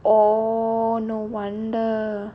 oh no wonder